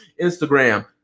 Instagram